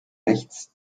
rechts